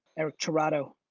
eric toronto,